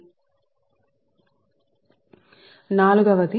కాబట్టి ఇది సంఖ్య 3